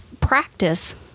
practice